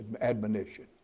admonition